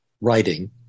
writing